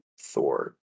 Thor